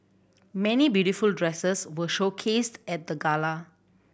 many beautiful dresses were showcased at the gala